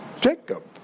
Jacob